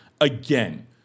again